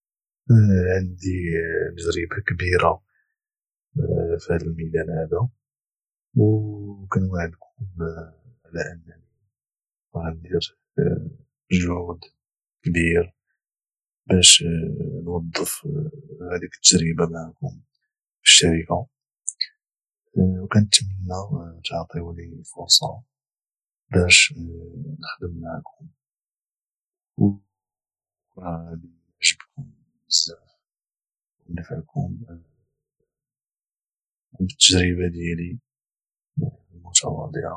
عندي تجربه كبيره في هذا الميدان هذا وكنواعدكم على انني غاندير مجهود كبير باش نوظف هذيك التجربه معكم في الشركه وكنتمنى تعطيوني فرصة باش نخدم معكم وراه غادي نعجبكم بزاف ونفعكم بالتجربة ديالي المتواضعة